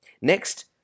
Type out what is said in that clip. Next